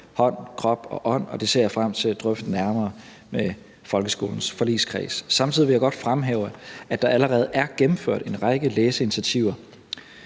hånd, krop og ånd. Det ser jeg frem til at drøfte nærmere med folkeskolens forligskreds. Samtidig vil jeg godt fremhæve, at der allerede er gennemført en række læseinitiativer.